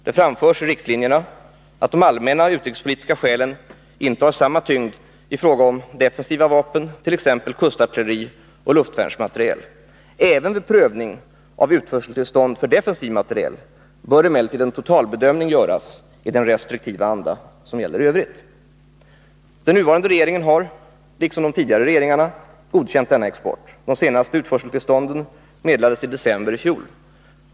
Det framförs i riktlinjerna att de allmänna utrikespolitiska skälen inte har samma tyngd i fråga om defensiva vapen, t.ex. kustartillerioch luftvärnsmateriel. Även vid prövning av utförseltillstånd för defensiv materiel bör emellertid en totalbedömning göras i den restriktiva anda som gäller i övrigt. Den nuvarande regeringen har, liksom de tidigare regeringarna, godkänt denna export. De senaste utförseltillstånden meddelades i december i fjol.